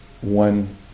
one